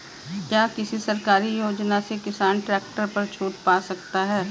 क्या किसी सरकारी योजना से किसान ट्रैक्टर पर छूट पा सकता है?